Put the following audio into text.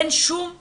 אין שום קשר.